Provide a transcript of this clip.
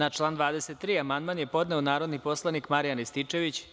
Na član 23. amandman je podneo narodni poslanik Marijan Rističević.